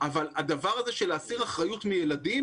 אבל הדבר הזה של להסיר אחריות מילדים,